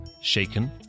Shaken